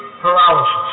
paralysis